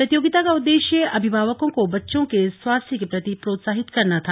प्रतियोगिता का उद्देश्य अभिभावकों को बच्चों के स्वास्थ्य के प्रति प्रोत्साहित करना था